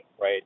right